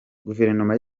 guverinoma